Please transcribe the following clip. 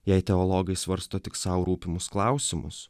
jei teologai svarsto tik sau rūpimus klausimus